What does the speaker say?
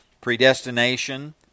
predestination